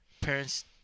parents